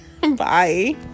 Bye